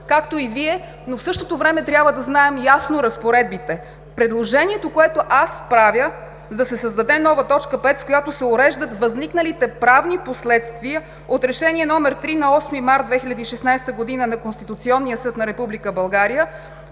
както и Вие, но в същото време трябва да знаем ясно разпоредбите. Предложението, което правя – да се създаде нова т. 5, в която се уреждат възникналите правни последствия от Решение № 3 от 8 март 2016 г. на Конституционния съд на